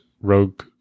rogue